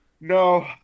No